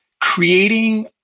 creating